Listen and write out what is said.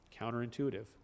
Counterintuitive